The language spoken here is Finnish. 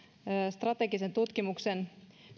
strategisen tutkimuksen